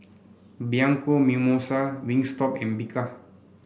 Bianco Mimosa Wingstop and Bika